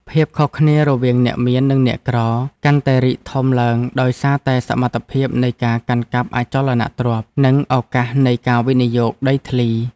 ភាពខុសគ្នារវាងអ្នកមាននិងអ្នកក្រកាន់តែរីកធំឡើងដោយសារតែសមត្ថភាពនៃការកាន់កាប់អចលនទ្រព្យ និងឱកាសនៃការវិនិយោគដីធ្លី។